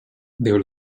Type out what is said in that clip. their